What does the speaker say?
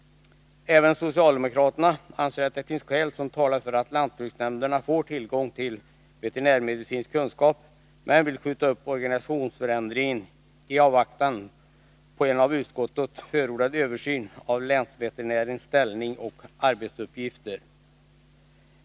Även socialdemokraterna anser att det finns skäl som talar för att lantbruksnämnderna får tillgång till veterinärmedicinsk sakkunskap, men vill skjuta upp organisationsförändringen i avvaktan på en av utskottet förordad översyn av länsveterinärernas ställning och arbetsuppgifter.